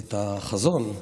את החזון,